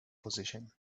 position